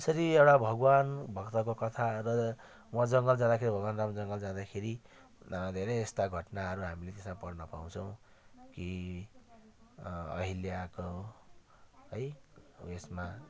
यसरी एउटा भगवान भक्तको कथा र उहाँ जङ्गल जाँदाखेरि भगवान राम जङ्गल जाँदाखेरि धेरै यस्ता घटनाहरू हामीले त्यसमा पढ्न पाउँछौँ कि अहिल्याको है यसमा